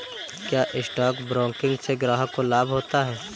क्या stock broking से ग्राहक को लाभ होता है?